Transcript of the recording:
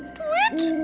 twit